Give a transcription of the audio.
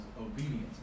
obedience